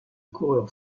coureur